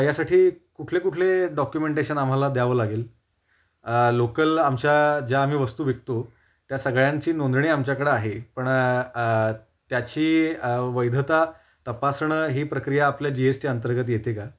यासाठी कुठले कुठले डॉक्युमेंटेशन आम्हाला द्यावं लागेल लोकल आमच्या ज्या आम्ही वस्तू विकतो त्या सगळ्यांची नोंदणी आमच्याकडं आहे पण त्याची वैधता तपासणं ही प्रक्रिया आपल्या जी एस टी अंतर्गत येते का